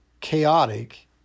chaotic